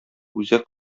үзәк